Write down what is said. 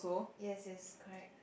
yes yes correct